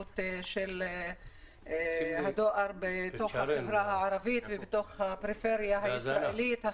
של הדואר בתוך החברה הערבית ובתוך הפריפריה הישראלית,